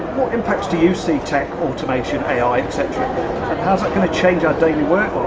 impacts do you see, tech, automation, ai, et cetera, and how's it gonna change our daily work